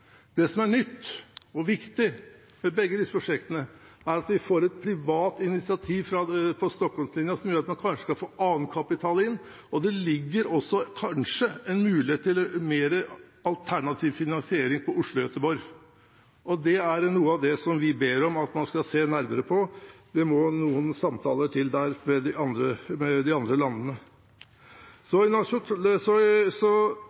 Det som er nytt og viktig med begge disse prosjektene, er at vi får et privat initiativ på Stockholms-linjen som gjør at man kanskje kan få annen kapital inn, og det ligger også en mulighet til mer alternativ finansiering på Oslo–Göteborg. Det er noe av det vi ber om at man skal se nærmere på. Det må noen samtaler til med de andre